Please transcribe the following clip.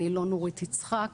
אני לא נורית יצחק,